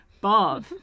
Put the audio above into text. Bob